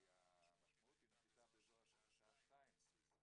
כי המשמעות היא נחיתה באזור השעה שתיים בישראל.